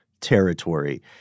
territory